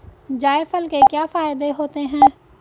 जायफल के क्या फायदे होते हैं?